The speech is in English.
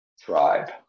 tribe